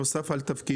נוסף על תפקידו.